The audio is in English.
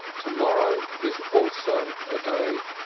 to-morrow is also a day,